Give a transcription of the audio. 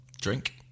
Drink